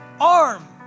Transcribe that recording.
arm